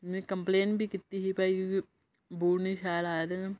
में कंपलेन बी कीती ही भई बूट नी शैल आए दे न